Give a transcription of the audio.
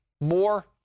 more